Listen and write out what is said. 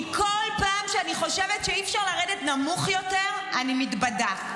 כי כל פעם שאני חושבת שאי-אפשר לרדת נמוך יותר אני מתבדה.